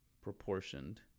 proportioned